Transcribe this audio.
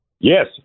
Yes